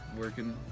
working